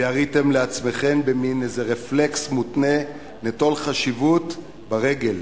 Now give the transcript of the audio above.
ויריתם לעצמכם במין איזה רפלקס מותנה נטול חשיבות ברגל,